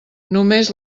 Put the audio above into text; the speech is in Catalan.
només